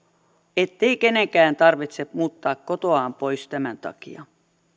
ettei kenenkään tarvitse muuttaa kotoaan pois tämän takia